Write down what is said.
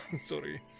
Sorry